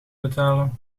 betalen